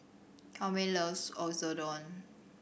Kwame loves Oyakodon